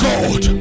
God